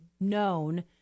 known